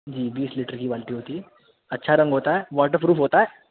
جی بیس لیٹر کی بالٹی ہوتی ہے اچھا رنگ ہوتا ہے واٹر پروف ہوتا ہے